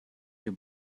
your